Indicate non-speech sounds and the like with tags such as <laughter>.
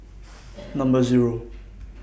<noise> Number Zero <noise>